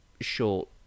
short